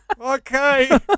Okay